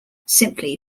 simply